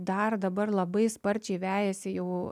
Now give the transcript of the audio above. dar dabar labai sparčiai vejasi jau